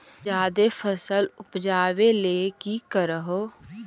जादे फसल उपजाबे ले की कर हो?